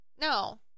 No